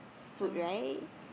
food right